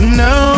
no